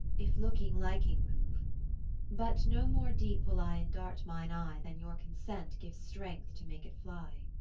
if looking liking move but no more deep will i endart mine eye than your consent gives strength to make it fly.